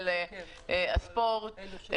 הספורטיביים,